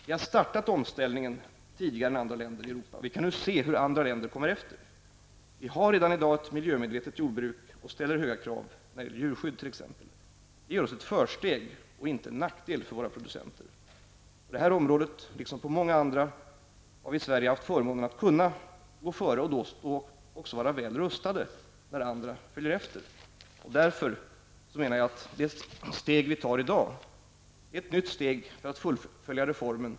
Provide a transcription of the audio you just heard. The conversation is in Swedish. Vi har startat omställningen tidigare än andra länder i Europa, och vi kan nu se hur andra länder kommer efter. Vi har redan i dag ett miljömedvetet jordbruk och ställer krav på t.ex. djurskyddet. Det ger oss ett försteg och är inte till nackdel för våra producenter. På detta område liksom på många andra har vi i Sverige haft förmånen att kunna gå före och vara väl rustade där andra följer efter. Därför menar jag att det steg som vi i dag tar är ett nytt steg för att fullfölja reformen.